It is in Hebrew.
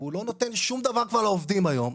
והוא כבר לא נותן שום דבר לעובדים היום,